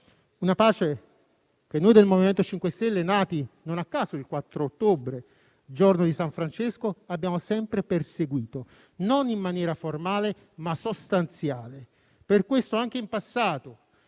Una pace che noi del MoVimento 5 Stelle, nati non a caso il 4 ottobre, giorno di san Francesco, abbiamo sempre perseguito, non in maniera formale, ma sostanziale. Per questo anche in passato